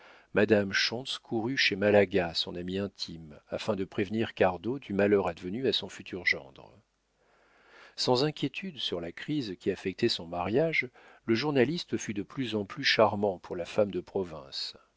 madame schontz courut chez malaga son amie intime afin de prévenir cardot du malheur advenu à son futur gendre sans inquiétude sur la crise qui affectait son mariage le journaliste fut de plus en plus charmant pour la femme de province